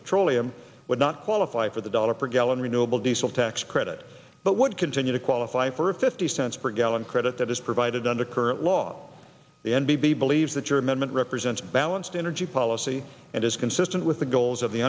petroleum would not qualify for the dollar per gallon renewable diesel tax credit but would continue to qualify for a fifty cents per gallon credit that is provided under current law the n b b believes that your amendment represents balanced energy policy and is consistent with the goals of the